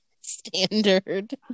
standard